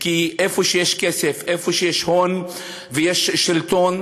כי איפה שיש כסף, איפה שיש הון ויש שלטון,